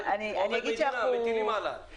הוא עובד מדינה ומטילים עליו.